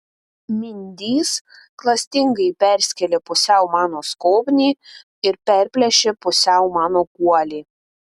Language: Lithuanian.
mindys klastingai perskėlė pusiau mano skobnį ir perplėšė pusiau mano guolį